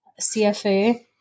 CFA